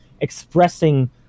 expressing